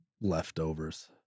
leftovers